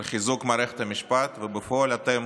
על חיזוק מערכת המשפט, ובפועל אתם